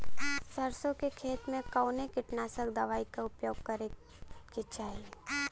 सरसों के खेत में कवने कीटनाशक दवाई क उपयोग करे के चाही?